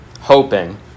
hoping